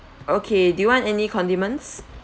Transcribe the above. okay do you want any condiments